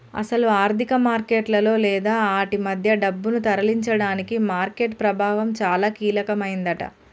అసలు ఆర్థిక మార్కెట్లలో లేదా ఆటి మధ్య డబ్బును తరలించడానికి మార్కెట్ ప్రభావం చాలా కీలకమైందట